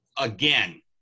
again